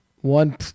one